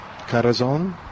Carazon